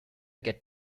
get